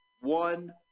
one